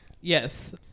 Yes